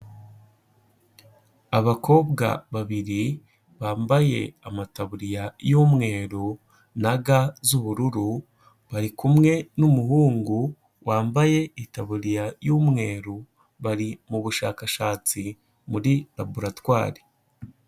Abakobwa babiri bambaye amataburiya y'umweru na ga z'ubururu, bari kumwe n'umuhungu wambaye itaburiya y'umweru, bari mu bushakashatsi muri laboratwari.